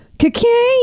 cocaine